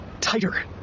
tighter